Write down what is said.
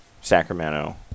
Sacramento